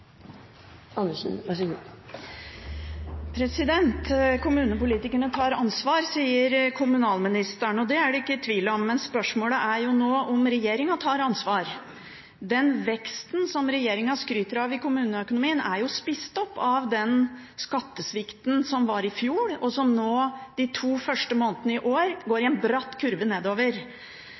Andersen – til siste oppfølgingsspørsmål. Kommunepolitikerne tar ansvar, sier kommunalministeren. Det er det ikke tvil om, men spørsmålet er jo nå om regjeringen tar ansvar. Den veksten som regjeringen skryter av i kommuneøkonomien, er jo spist opp av den skattesvikten som var i fjor, og som de to første månedene i år har gått i en bratt kurve nedover.